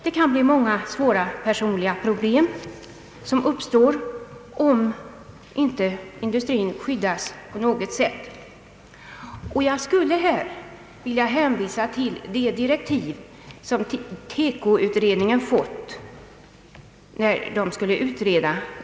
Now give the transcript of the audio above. Det kan uppstå många svåra personliga problem om inte industrin skyddas på något sätt. Jag skulle här vilja hänvisa till de direktiv som TEKO-utredningen fick när dessa frågor skulle utredas.